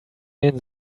den